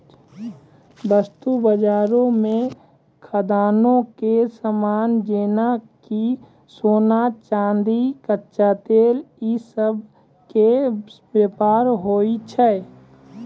वस्तु बजारो मे खदानो के समान जेना कि सोना, चांदी, कच्चा तेल इ सभ के व्यापार होय छै